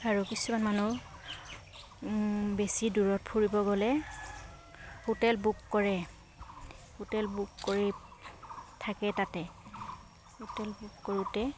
আৰু কিছুমান মানুহ বেছি দূৰত ফুৰিব গ'লে হোটেল বুক কৰে হোটেল বুক কৰি থাকে তাতে হোটেল বুক কৰোঁতে